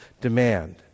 demand